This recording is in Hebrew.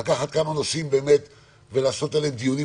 לקחת כמה נושאים ולעשות עליהם דיונים,